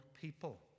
people